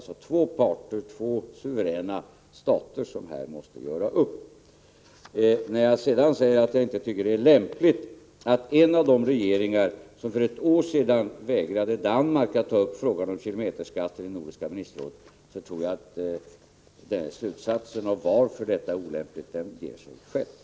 Det är två suveräna stater som här måste göra upp. Jag sade tidigare att jag inte tycker att det är lämpligt att en av de regeringar som för ett år sedan förvägrade Danmark att ta upp frågan om kilometerskatten i Nordiska ministerrådet väcker frågan på nytt. Jag tror att slutsatsen beträffande anledningen till att detta är olämpligt ger sig av sig själv.